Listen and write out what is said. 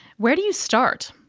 where do you start?